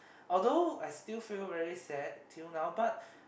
although I still feel very sad till now but